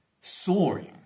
soaring